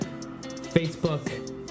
facebook